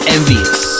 Envious